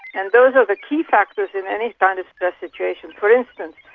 and those are the key factors in any kind of stress situations. for instance,